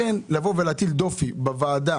לכן להטיל דופי בוועדה,